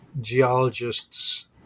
geologists